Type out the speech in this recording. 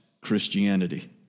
Christianity